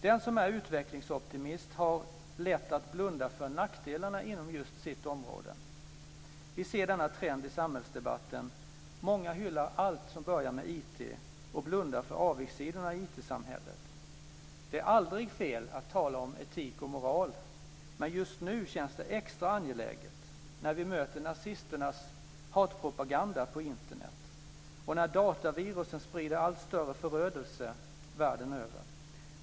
Den som är utvecklingsoptimist har lätt att blunda för nackdelarna inom just sitt område. Vi ser denna trend i samhällsdebatten. Många hyllar allt som börjar med IT och blundar för avigsidorna i IT-samhället. Det är aldrig fel att tala om etik och moral, men just nu känns det extra angeläget när vi möter nazisternas hatpropaganda på Internet, och när datavirusen sprider allt större förödelse världen över.